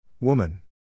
Woman